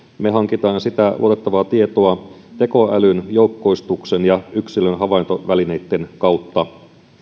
me hankimme sitä luotettavaa tietoa tekoälyn joukkoistuksen ja yksilön havaintovälineiden kautta